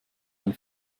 ein